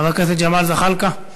חבר הכנסת ג'מאל זחאלקה,